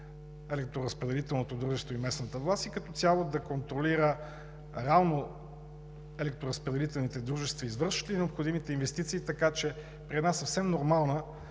електроразпределителното дружество и местната власт и като цяло да контролира реално електроразпределителните дружества, извършващи необходимите инвестиции, така че при една съвсем нормална,